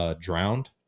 Drowned